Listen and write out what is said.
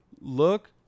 look